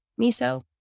Miso